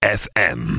fm